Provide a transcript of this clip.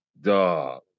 dog